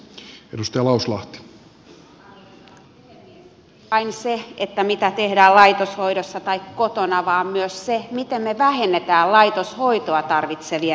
ei vain se mitä tehdään laitoshoidossa tai kotona vaan myös se miten me vähennämme laitoshoitoa tarvitsevien määrää